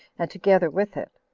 and together with it.